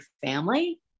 family